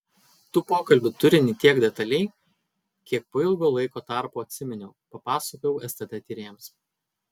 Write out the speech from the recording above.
tų pokalbių turinį tiek detaliai kiek po ilgo laiko tarpo atsiminiau papasakojau stt tyrėjams